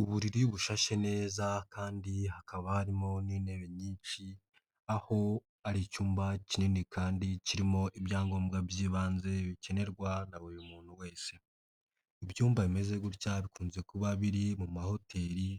Uburiri bushashe neza kandi hakaba harimo n'intebe nyinshi aho ari icyumba kinini kandi kirimo ibyangombwa by'ibanze bikenerwa na buri muntu wese, ibyumba bimeze gutya bikunze kuba biri mu mahoteli